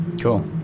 cool